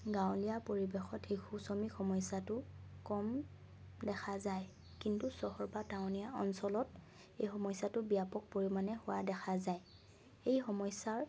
গাঁৱলীয়া পৰিৱেশত শিশু শ্ৰমিক সমস্যাটো কম দেখা যায় কিন্তু চহৰ বা টাউনীয়া অঞ্চলত এই সমস্যাটো ব্যাপক পৰিমাণে হোৱা দেখা যায় এই সমস্যাৰ